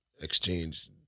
exchange